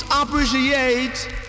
appreciate